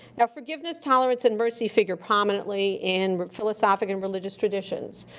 now, forgiveness, tolerance, and mercy figure prominently in philosophic and religious traditions.